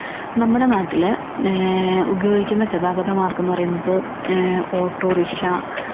നമ്മുടെ നാട്ടില് ഉപയോഗിക്കുന്ന ഗതാഗത മാർഗ്ഗം എന്ന് പറയുന്നത് ഓട്ടോ റിക്ഷ